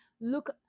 look